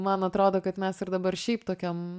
man atrodo kad mes ir dabar šiaip tokiam